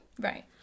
Right